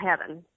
heaven